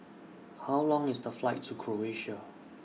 How Long IS The Flight to Croatia